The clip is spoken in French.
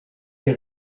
des